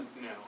no